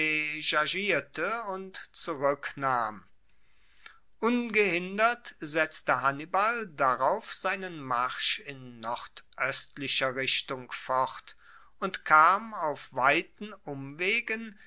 und zuruecknahm ungehindert setzte hannibal darauf seinen marsch in nordoestlicher richtung fort und kam auf weiten umwegen